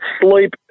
sleep